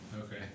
Okay